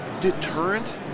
deterrent